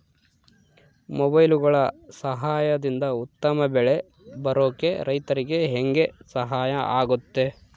ಮೊಬೈಲುಗಳ ಸಹಾಯದಿಂದ ಉತ್ತಮ ಬೆಳೆ ಬರೋಕೆ ರೈತರಿಗೆ ಹೆಂಗೆ ಸಹಾಯ ಆಗುತ್ತೆ?